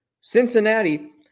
Cincinnati